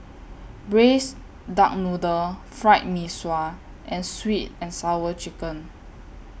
Braised Duck Noodle Fried Mee Sua and Sweet and Sour Chicken